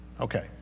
Okay